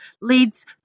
leads